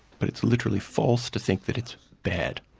but it's literally false to think that it's bad.